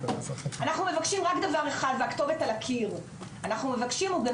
אנחנו מבקשים רק דבר אחד והכתובת על הקיר, אנחנו